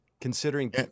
considering